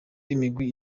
imigwi